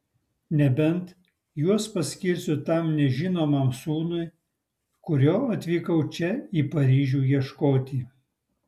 nebent juos paskirsiu tam nežinomam sūnui kurio atvykau čia į paryžių ieškoti